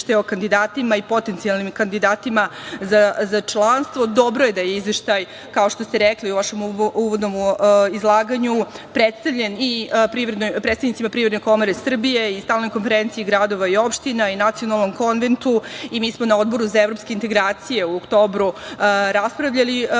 o kandidatima i potencijalnim kandidatima za članstvo. Dobro je da je Izveštaj, kao što ste rekli u vašem uvodnom izlaganju, predstavljen i predstavnicima Privredne komore Srbije i Stalnoj konferenciji gradova i opština i Nacionalnom konventu. Mi smo na Odboru za evropske integracije u oktobru raspravljali o